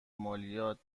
مالیات